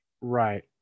Right